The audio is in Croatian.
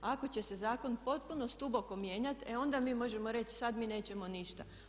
Ako će se zakon potpuno duboko mijenjati e onda mi možemo reći sad mi nećemo ništa.